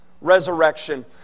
resurrection